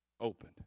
opened